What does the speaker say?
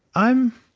i'm